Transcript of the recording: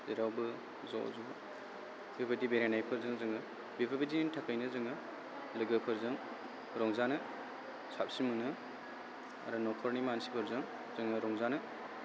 जेरावबो ज' ज' बेबायदि बेरायनायफोरजों जोङो बेफोरबायदिनि थाखायनो जों लोगोफोरजों रंजानो साबसिन मोनो आरो न'खरनि मानसिफोरजों जों रंजानो